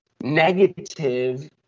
negative